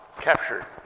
captured